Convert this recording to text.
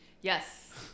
yes